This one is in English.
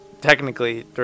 technically